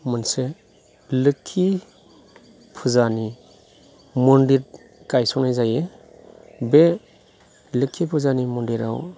मोनसे लोक्षि फुजानि मन्दिर गायसंनाय जायो बे लोक्षि फुजानि मन्दिराव